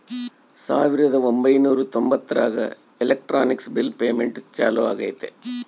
ಸಾವಿರದ ಒಂಬೈನೂರ ತೊಂಬತ್ತರಾಗ ಎಲೆಕ್ಟ್ರಾನಿಕ್ ಬಿಲ್ ಪೇಮೆಂಟ್ ಚಾಲೂ ಆಗೈತೆ